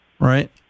Right